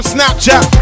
Snapchat